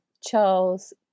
Charles